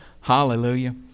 Hallelujah